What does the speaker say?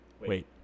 Wait